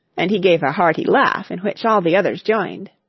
and he gave a hearty laugh in which all the others joined.